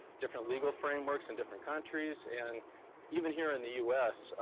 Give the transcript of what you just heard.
different legal frameworks in different countries, and even here in the us,